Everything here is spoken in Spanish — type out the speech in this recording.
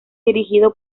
dirigido